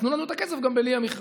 אז תנו לנו את הכסף גם בלי המכרזים.